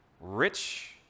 Rich